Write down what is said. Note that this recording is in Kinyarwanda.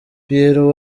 pierro